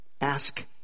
Ask